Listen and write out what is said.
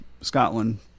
Scotland